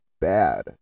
bad